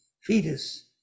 fetus